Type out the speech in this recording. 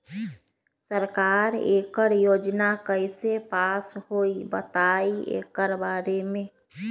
सरकार एकड़ योजना कईसे पास होई बताई एकर बारे मे?